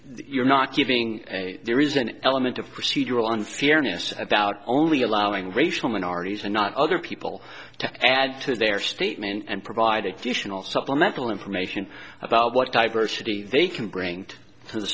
you're not giving there is an element of procedural unfairness about only allowing racial minorities and not other people to add to their statement and provided supplemental information about what diversity they can bring to the